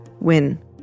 win